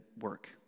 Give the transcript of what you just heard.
work